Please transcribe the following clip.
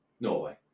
Norway